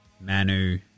Manu